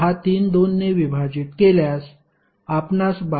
632 ने विभाजित केल्यास आपणास 12